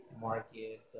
market